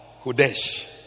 Kodesh